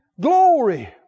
glory